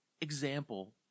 example